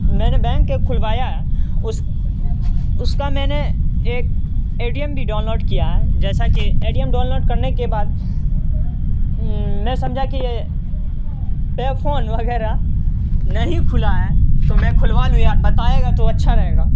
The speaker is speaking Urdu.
میں نے بینک ایک کھلوایا ہے اس اس کا میں نے ایک اے ٹی ایم بھی ڈاؤن لوڈ کیا ہے جیسا کہ A T M download کرنے کے بعد میں سمجھا کہ پے فون وغیرہ نہیں کھلا ہے تو میں کھلوا لوں یار بتائے گا تو اچھا رہے گا